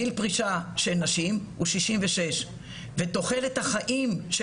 גיל פרישה של נשים הוא 66 ותוחלת החיים של